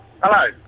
Hello